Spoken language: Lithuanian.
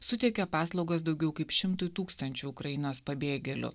suteikė paslaugas daugiau kaip šimtui tūkstančių ukrainos pabėgėlių